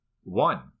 One